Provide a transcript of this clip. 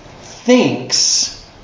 thinks